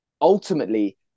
ultimately